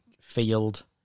Field